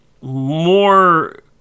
more